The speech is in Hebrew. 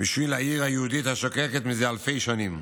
בשביל העיר היהודית השוקקת מזה אלפי שנים,